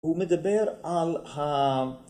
הוא מדבר על ה..